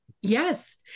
Yes